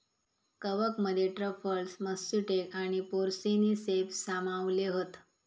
कवकमध्ये truffles, matsutake आणि porcini ceps सामावले हत